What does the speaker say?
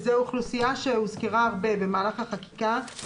שזו אוכלוסייה שהוזכרה הרבה במהלך החקיקה,